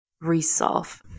resolve